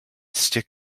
stick